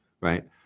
Right